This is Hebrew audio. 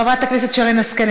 חברת הכנסת שרן השכל,